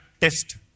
test